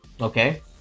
Okay